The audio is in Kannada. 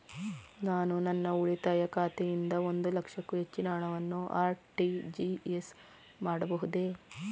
ನಾನು ನನ್ನ ಉಳಿತಾಯ ಖಾತೆಯಿಂದ ಒಂದು ಲಕ್ಷಕ್ಕೂ ಹೆಚ್ಚಿನ ಹಣವನ್ನು ಆರ್.ಟಿ.ಜಿ.ಎಸ್ ಮಾಡಬಹುದೇ?